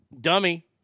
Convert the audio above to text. Dummy